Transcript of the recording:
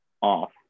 off